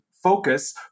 focus